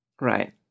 Right